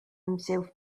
himself